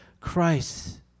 Christ